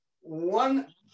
one